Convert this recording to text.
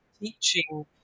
teaching